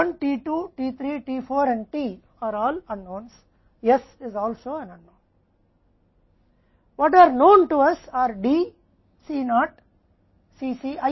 t 1 t 2 t 3 t 4 और t सभी अज्ञात हैं s एक अज्ञात भी है